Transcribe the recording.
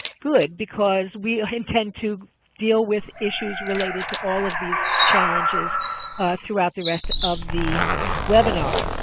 good, because we intend to deal with issues related to all of these challenges throughout the rest of the webinar.